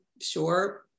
Sure